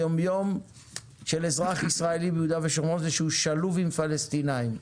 היום יום של אזרח ישראלי ביהודה ושומרון זה שהוא שלוב עם פלסטינאים,